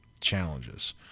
challenges